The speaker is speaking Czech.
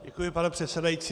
Děkuji, pane předsedající.